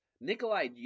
Nikolai